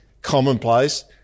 commonplace